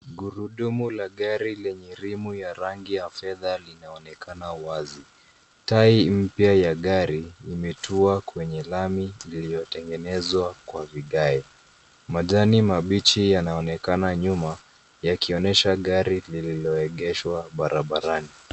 Gurudumu la gari lenye rimu ya rangi ya fedha linaonekana wazi. [cs ] Tairi [cs ] mpya ya gari imetua kwenye lami iliyotengenezwa kwa vigae. Majani mabichi yanaonekana nyuma yakionyesha gari lililo egeshwa barabarani.